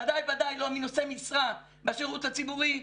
ודאי לא מנושא-משרה בשירות הציבורי.